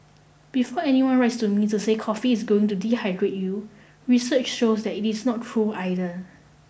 before anyone writes to me to say coffee is going to dehydrate you research shows that is not true either